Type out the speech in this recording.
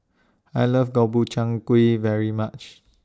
I like Gobchang Gui very much